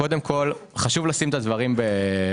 קודם כל, חשוב לשים את הדברים בפרופורציה.